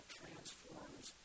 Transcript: transforms